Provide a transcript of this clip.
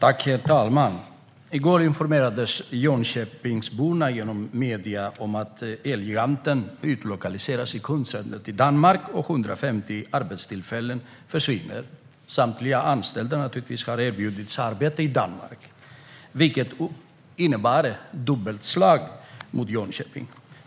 Herr talman! I går informerades Jönköpingsborna genom medierna om att Elgiganten utlokaliserar sitt kundcenter till Danmark. 150 arbetstillfällen försvinner. Samtliga anställda har naturligtvis erbjudits arbete i Danmark, vilket innebär ett dubbelt slag mot Jönköping.